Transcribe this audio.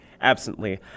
Absently